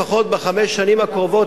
לפחות בחמש השנים הקרובות,